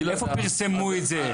איפה פרסמו את זה?